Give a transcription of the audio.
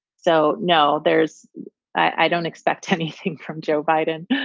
so, no, there's i don't expect anything from joe biden.